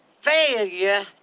failure